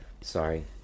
Sorry